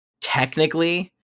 technically